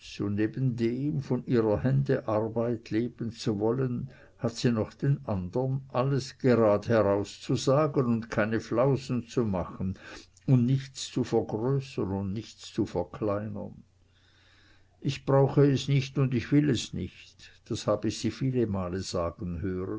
neben dem von ihrer hände arbeit leben zu wollen hat sie noch den andern alles gradheraus zu sagen und keine flausen zu machen und nichts zu vergrößern und nichts zu verkleinern ich brauche es nicht und ich will es nicht das hab ich sie viele male sagen hören